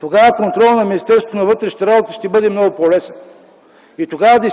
клубове контролът на Министерството на вътрешните работи ще бъде много по-лесен. Тогава